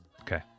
Okay